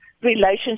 relationship